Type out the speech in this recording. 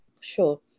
Sure